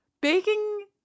baking